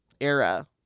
era